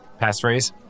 Passphrase